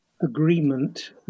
agreement